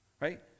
right